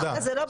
אז זה לא בסדר.